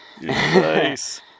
Nice